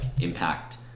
impact